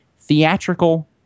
theatrical